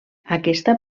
aquesta